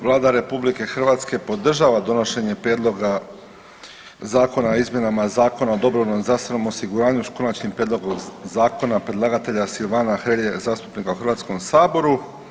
Vlada Republike Hrvatske podržava donošenje Prijedloga zakona o izmjenama Zakona o dobrovoljnom zdravstvenom osiguranju s Konačnim prijedlogom zakona, predlagatelja Silvana Hrelje, zastupnika u Hrvatskom saboru.